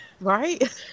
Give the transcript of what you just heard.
right